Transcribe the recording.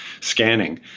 scanning